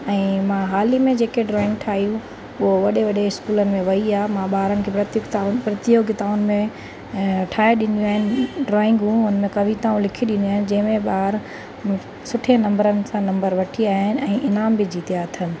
ऐं मां हाल ई में जेके ड्रॉइंग ठाहियूं हू वॾे वॾे इस्कूल में वेई आहे मां ॿारनि खे प्रतिगताऊं प्रतियोगिताउनि में ठाहे ॾिनियूं आहिनि ड्रॉइंगूं हुन में कविताऊं लिखी ॾींदी आहियां जंहिं में ॿार सुठे नम्बरनि सां नम्बर वठी आया आहिनि ऐं इनाम बि जीतिया अथनि